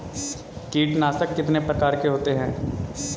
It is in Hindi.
कीटनाशक कितने प्रकार के होते हैं?